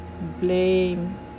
blame